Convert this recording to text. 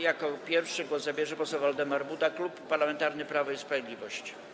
Jako pierwszy głos zabierze poseł Waldemar Buda, Klub Parlamentarny Prawo i Sprawiedliwość.